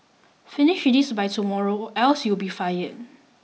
finish this by tomorrow or else you'll be fired